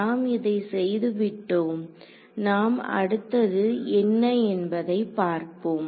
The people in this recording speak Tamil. நாம் இதை செய்து விட்டோம் நாம் அடுத்தது என்ன என்பதை பார்ப்போம்